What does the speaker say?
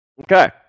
Okay